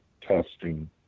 testing